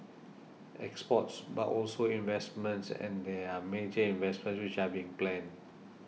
exports but also investments and there are major investments which are being planned